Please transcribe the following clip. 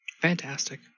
Fantastic